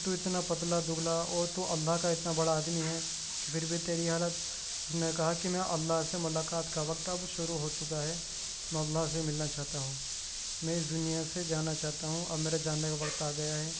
تو اتنا پتلا دبلا اور تو اللہ کا اتنا بڑا آدمی ہے کہ پھر بھی تیری یہ حالت اس نے کہا کہ میں اللہ سے ملاقات کا وقت تھا اب شروع ہو چکا ہے میں اللہ سے ملنا چاہتا ہوں میں اس دنیا سے جانا چاہتا ہوں اب میرے جانے کا وقت آ گیا ہے